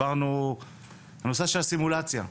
הנושא של הסימולציה.